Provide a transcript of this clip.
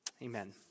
Amen